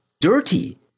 Dirty